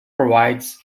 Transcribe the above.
provides